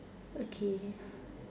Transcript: okay